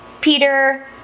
Peter